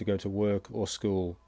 to go to work or school